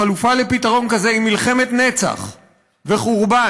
החלופה לפתרון כזה היא מלחמת נצח וחורבן.